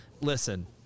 Listen